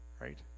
right